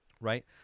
right